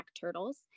turtles